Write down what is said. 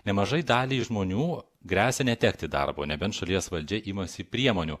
nemažai daliai žmonių gresia netekti darbo nebent šalies valdžia imasi priemonių